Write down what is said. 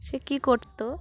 সে কী করতো